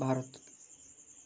Bharat